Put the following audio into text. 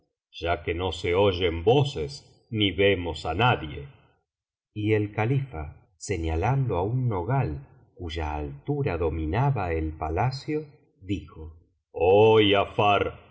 ya que no se oyen voces ni vemos á nadie y el califa señalando á un nogal cuya altura dominaba el palacio dijo oh giafar